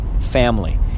family